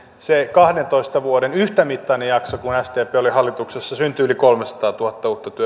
sillä kahdentoista vuoden yhtämittaisella jaksolla kun sdp oli hallituksessa syntyi yli kolmesataatuhatta uutta työpaikkaa